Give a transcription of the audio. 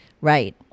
Right